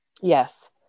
Yes